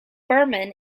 berman